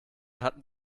hatten